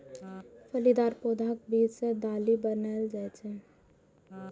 फलीदार पौधाक बीज सं दालि बनाएल जाइ छै